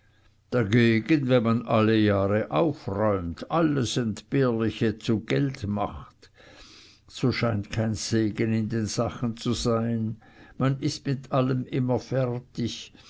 dagegen wenn man alle jahre aufräumt das entbehrliche alles zu gelde macht so scheint kein segen in den sachen zu sein man ist mit allem immer fertig